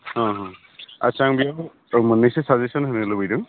अ आदसा आं बे बुस्थुआव मोननैसो साजेसन होनो लुबैदों